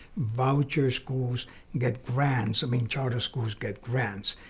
voucher schools get grants, i mean, charter schools get grants,